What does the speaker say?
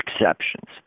exceptions